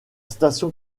station